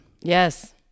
Yes